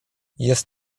jest